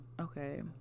Okay